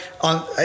on